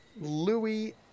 Louis